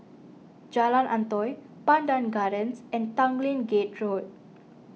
Jalan Antoi Pandan Gardens and Tanglin Gate Road